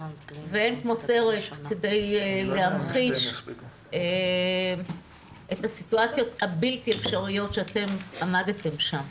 ואין כמו סרט כדי להמחיש את הסיטואציות הבלתי אפשריות שאתם עמדתם בהן